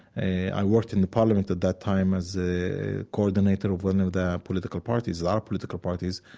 i worked in the parliament at that time as a coordinator of one of their political parties, our political parties,